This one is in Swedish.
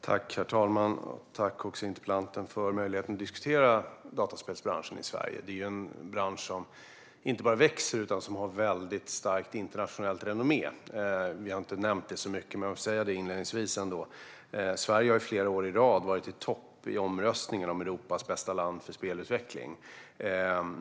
Herr talman! Tack, interpellanten, för möjligheten att diskutera dataspelsbranschen i Sverige! Det är ju en bransch som inte bara växer utan också har ett väldigt starkt internationellt renommé. Vi har inte nämnt det så mycket, men jag vill inledningsvis säga att Sverige under flera år i rad har legat i topp i omröstningen om Europas bästa land för spelutveckling.